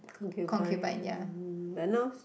concubine but now